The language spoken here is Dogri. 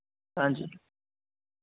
हांजी